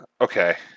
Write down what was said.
Okay